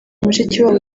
mushikiwabo